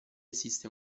esiste